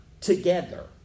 together